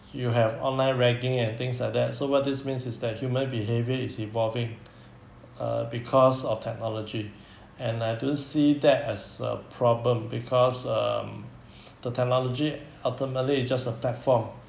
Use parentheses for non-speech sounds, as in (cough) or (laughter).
you have online ragging and things like that so what this means is that human behaviour is evolving (noise) uh because of technology (breath) and I don't see that as a problem because um (breath) the technology ultimately it just a platform